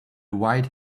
white